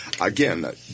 again